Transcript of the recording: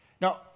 Now